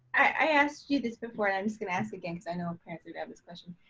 i asked you this before, and i'm just gonna ask again, because i know parents would have this question.